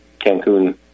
Cancun